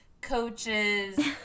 coaches